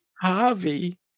Harvey